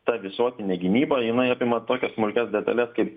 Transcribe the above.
ta visuotinė gynyba jinai apima tokias smulkias detales kaip